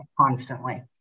constantly